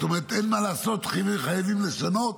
זאת אומרת, אין מה לעשות וחייבים לשנות,